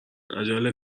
عجله